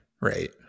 right